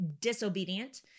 disobedient